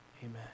Amen